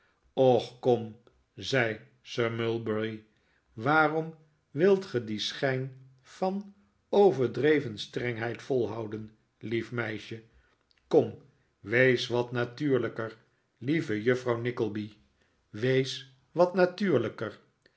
och kom zei sir mulberry waarom wilt ge dien schijn van overdreven strengheid volhouden lief meisje kom wees wat natuurlijker lieve juffrouw nickleby sir mulberry hawk afgewezen wees wat riatuurlijker